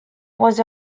was